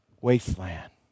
wasteland